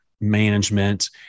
management